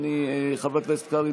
וחבר הכנסת קרעי,